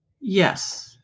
Yes